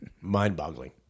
mind-boggling